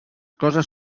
coses